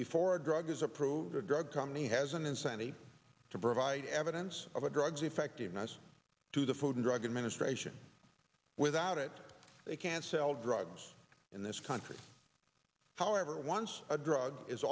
before a drug is approved a drug company has an incentive to provide evidence of a drug's effectiveness to the food and drug administration without it they can't sell drugs in this country however once a drug is